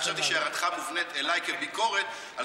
אני חשבתי שהערתך מופנית אליי כביקורת על